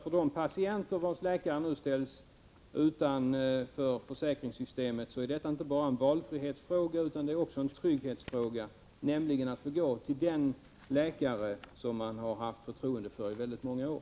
För de patienter vilkas läkare nu ställs utanför försäkringssystemet vågar jag påstå att det inte bara är en valfrihetsfråga utan också en trygghetsfråga att få gå till den läkare som man har haft förtroende för i många år.